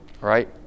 right